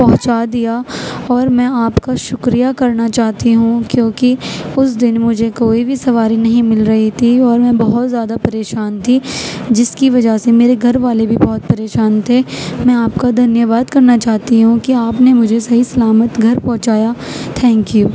پہنچا دیا اور میں آپ کا شکریہ کرنا چاہتی ہوں کیونکہ اس دن مجھے کوئی بھی سواری نہیں مل رہی تھی اور میں بہت زیادہ پریشان تھی جس کی وجہ سے میرے گھر والے بھی بہت پریشان تھے میں آپ کا دھنیہ واد کرنا چاہتی ہوں کہ آپ نے مجھے صحیح سلامت گھر پہنچایا تھینک یو